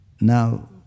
Now